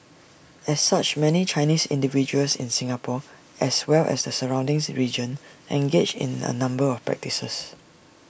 as such many Chinese individuals in Singapore as well as the surroundings region engage in A number of practices